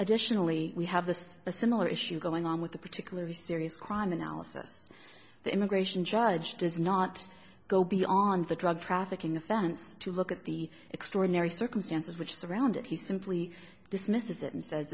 additionally we have this a similar issue going on with the particularly serious crime analysis the immigration judge does not go beyond the drug trafficking offense to look at the extraordinary circumstances which surround it he simply dismisses it and says